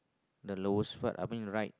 the lowest part I mean right